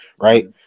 right